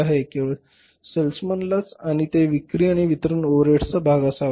केवळ सेल्समनलाच आणि ते विक्री आणि वितरण ओव्हरहेडचा भाग असावा